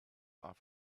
off